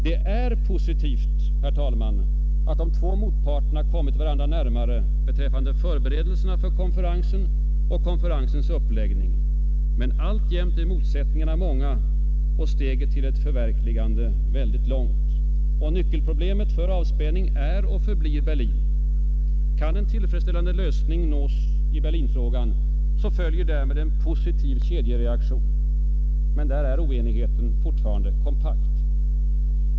Det är positivt, herr talman, att de två motparterna kommit varandra närmare beträffande förberedelserna för konferensen och konferensens uppläggning, men alltjämt är motsättningarna många och steget till dess förverkligande långt. Nyckelproblemet för avspänning är och förblir Berlin. Kan en tillfredsställande lösning nås i Berlinfrågan följer därmed en positiv kedjereaktion, men där är oenigheten fortfarande kompakt.